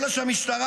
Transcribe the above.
אלא שהמשטרה,